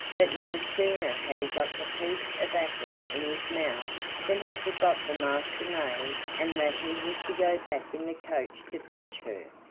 but no sooner had he got the piece of apple in his mouth than he forgot the master-maid and that he was to go back in the coach to fetch her.